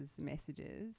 messages